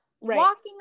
walking